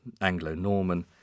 Anglo-Norman